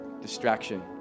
Distraction